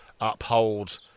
uphold